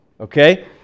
okay